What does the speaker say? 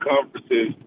conferences